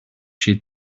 she